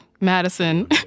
Madison